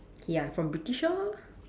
ya from British lor